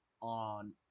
on